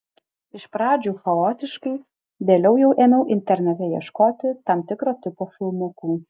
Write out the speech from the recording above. iš pradžių chaotiškai vėliau jau ėmiau internete ieškoti tam tikro tipo filmukų